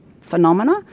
phenomena